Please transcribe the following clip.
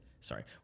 sorry